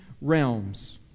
realms